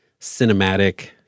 cinematic